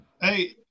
hey